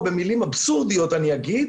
ובמילים אבסורדיות אגיד